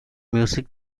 music